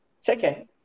Second